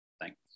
Thanks